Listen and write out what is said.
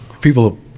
people